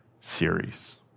series